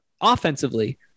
offensively